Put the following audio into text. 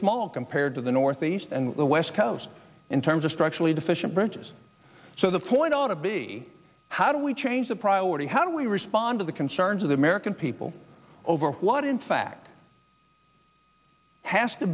small compared to the northeast and the west coast in terms of structurally deficient bridges so the point ought to be how do we change the priority how do we respond to the concerns of the american people over what in fact has to